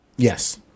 Yes